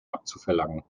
abzuverlangen